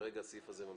כרגע הסעיף הזה ממשיך.